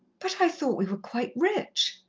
but i thought we were quite rich.